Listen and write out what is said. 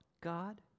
God